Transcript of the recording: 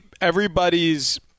everybody's –